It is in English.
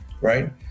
right